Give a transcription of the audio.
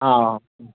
ആ ആ